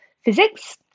physics